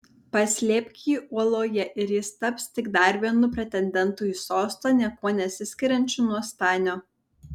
paslėpk jį uoloje ir jis taps tik dar vienu pretendentu į sostą niekuo nesiskiriančiu nuo stanio